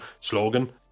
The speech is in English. slogan